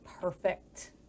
perfect